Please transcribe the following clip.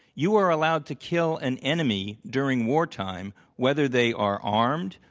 you are allowed to kill an enemy during wartime whether they are armed,